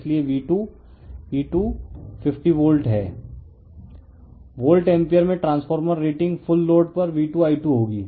refer slide time 1547 volt ampere में transformer rating full load पर V2I2 होगी